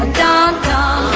dum-dum